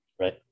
Right